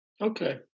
Okay